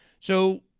so,